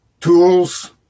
tools